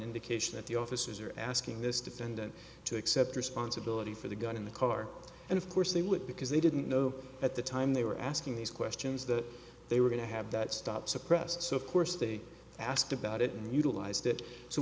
indication that the officers are asking this defendant to accept responsibility for the gun in the car and of course they would because they didn't know at the time they were asking these questions that they were going to have that stop suppressed so of course they asked about it and utilized it so